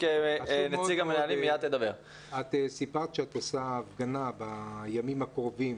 את סיפרת שאת עושה הפגנה בימים הקרובים.